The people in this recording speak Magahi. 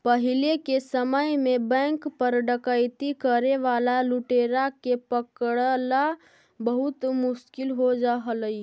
पहिले के समय में बैंक पर डकैती करे वाला लुटेरा के पकड़ला बहुत मुश्किल हो जा हलइ